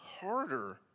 harder